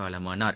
காலமானார்